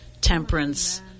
temperance